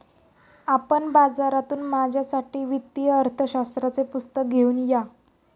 आपण बाजारातून माझ्यासाठी वित्तीय अर्थशास्त्राचे पुस्तक घेऊन या